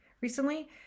recently